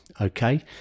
Okay